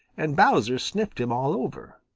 and bowser sniffed him all over.